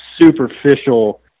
superficial